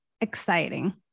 exciting